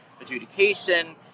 adjudication